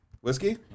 Whiskey